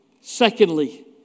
Secondly